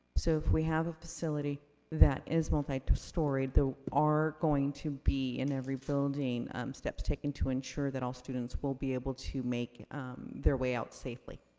so if we have a facility that is multi-storied, there are going to be in every building steps taken to ensure that all students will be able to make their way out safely.